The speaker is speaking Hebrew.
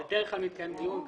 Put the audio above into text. בדרך כלל מתקיים דיון.